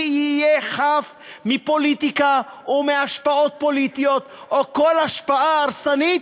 יהיה חף מפוליטיקה ומהשפעות פוליטיות או כל השפעה הרסנית,